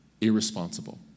irresponsible